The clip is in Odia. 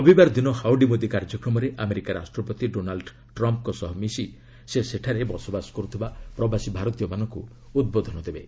ରବିବାର ଦିନ ହାଓଡ଼ି ମୋଦି କାର୍ଯ୍ୟକ୍ରମରେ ଆମେରିକା ରାଷ୍ଟ୍ରପତି ଡୋନାଲ୍ଡ୍ ଟ୍ରମ୍ଫ୍ଙ୍କ ସହ ମିଶି ସେ ସେଠାରେ ବସବାସ କରୁଥିବା ପ୍ରବାସୀ ଭାରତୀୟମାନଙ୍କୁ ଉଦ୍ବୋଧନ ଦେବେ